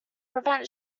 prevent